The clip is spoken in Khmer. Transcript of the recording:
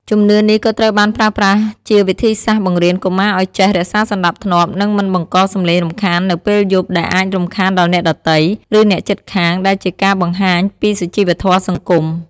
ជំនឿនេះក៏ត្រូវបានប្រើប្រាស់ជាវិធីសាស្ត្របង្រៀនកុមារឲ្យចេះ រក្សាសណ្ដាប់ធ្នាប់ និងមិនបង្កសំឡេងរំខាននៅពេលយប់ដែលអាចរំខានដល់អ្នកដទៃ ឬអ្នកជិតខាង ដែលជាការបង្ហាញពីសុជីវធម៌សង្គម។